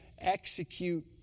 execute